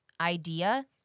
idea